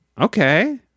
okay